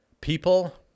people